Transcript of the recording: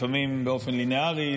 לפעמים באופן ליניארי,